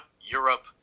Europe